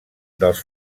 dels